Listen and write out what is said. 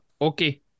Okay